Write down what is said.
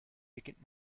beginnt